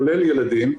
כולל ילדים,